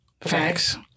Facts